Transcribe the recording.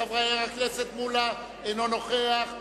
חבר הכנסת מולה, אינו נוכח.